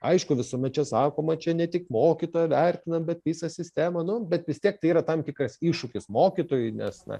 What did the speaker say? aišku visuomet čia sakoma čia ne tik mokytoją vertina bet visą sistemą nu bet vis tiek tai yra tam tikras iššūkis mokytojui nes na